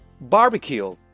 Barbecue